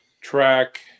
track